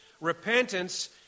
Repentance